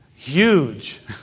Huge